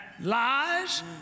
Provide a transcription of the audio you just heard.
lies